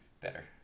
Better